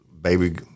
baby